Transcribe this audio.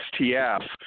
STF